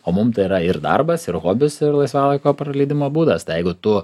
o mum tai yra ir darbas ir hobis ir laisvalaikio praleidimo būdas tai jeigu tu